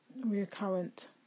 recurrent